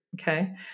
Okay